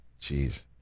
Jeez